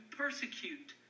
persecute